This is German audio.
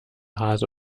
hase